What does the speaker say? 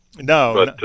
No